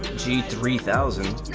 three thousand